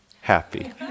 happy